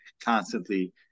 constantly